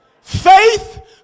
Faith